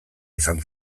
izan